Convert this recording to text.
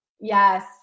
Yes